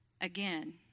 Again